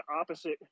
opposite